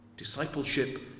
Discipleship